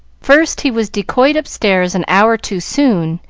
first, he was decoyed upstairs an hour too soon,